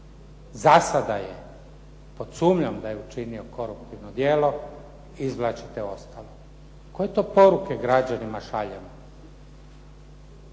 za sada je pod sumnjom da je učinio koruptivno djelo izvlačite ostavku. Koje to poruke građanima šaljemo?